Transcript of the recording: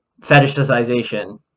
fetishization